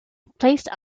placed